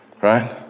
right